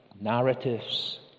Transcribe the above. narratives